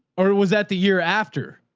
or was that the year after?